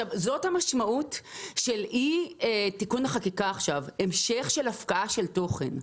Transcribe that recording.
זאת המשמעות של אי תיקון החקיקה עכשיו המשך של הפקעה של תוכן.